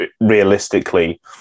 realistically